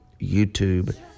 YouTube